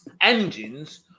engines